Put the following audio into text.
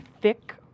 thick